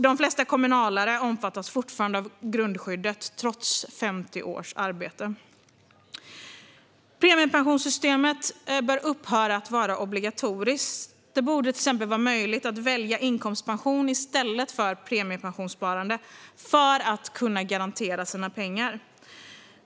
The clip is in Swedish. De flesta kommunalare omfattas fortfarande av grundskyddet, trots 50 års arbete. Premiepensionssystemet bör upphöra att vara obligatoriskt. Det borde till exempel vara möjligt att välja inkomstpension i stället för premiepensionssparande för att kunna garantera sina pengar.